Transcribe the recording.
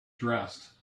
dressed